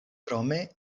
krome